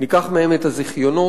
ניקח מהם את הזיכיונות.